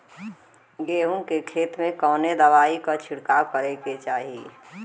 गेहूँ के खेत मे कवने दवाई क छिड़काव करे के चाही?